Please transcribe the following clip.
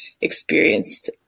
experienced